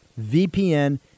VPN